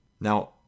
Now